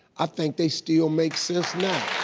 i think they still make sense now.